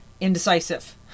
indecisive